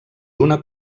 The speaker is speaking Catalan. una